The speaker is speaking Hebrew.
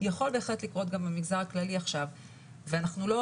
יכול בהחלט לקרות גם במגזר הכללי עכשיו ואנחנו לא